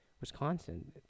Wisconsin